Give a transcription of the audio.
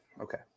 okay